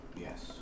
Yes